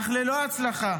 אך ללא הצלחה.